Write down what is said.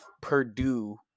Purdue